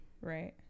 Right